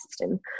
system